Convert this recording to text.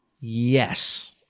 yes